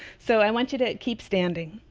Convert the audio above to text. so, i want you to keep standing,